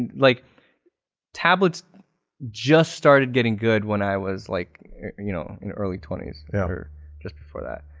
like tablets just started getting good when i was like you know in early twenty s yeah or just before that.